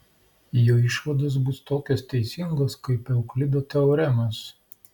jo išvados bus tokios teisingos kaip euklido teoremos